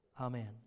Amen